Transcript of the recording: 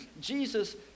Jesus